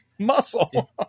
Muscle